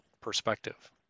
perspective